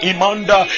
Imanda